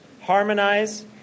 harmonize